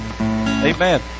Amen